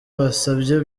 basabye